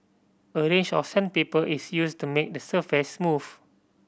a range of sandpaper is used to make the surface smooth